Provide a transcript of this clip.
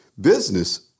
business